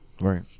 Right